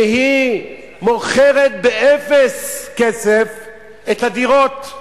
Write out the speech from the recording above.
שהיא מוכרת באפס כסף את הדירות.